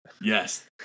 Yes